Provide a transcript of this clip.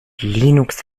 linux